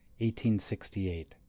1868